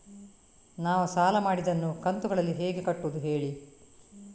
ನಾವು ಸಾಲ ಮಾಡಿದನ್ನು ಕಂತುಗಳಲ್ಲಿ ಹೇಗೆ ಕಟ್ಟುದು ಹೇಳಿ